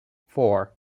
four